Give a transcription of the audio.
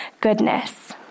goodness